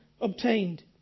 obtained